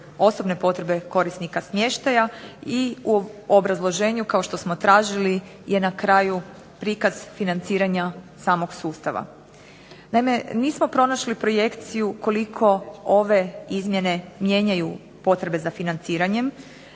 osobne potrebe korisnika smještaja i u obrazloženju kao što smo tražili je na kraju prikaz financiranja samog sustava. Naime, nismo pronašli projekciju koliko ove izmjene mijenjaju potrebe za financiranjem,